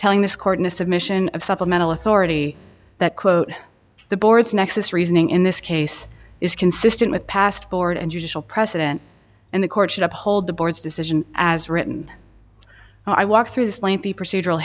telling this court in a submission of supplemental authority that quote the board's nexus reasoning in this case is consistent with past board and judicial precedent and the court should uphold the board's decision as written i walk through this lengthy procedural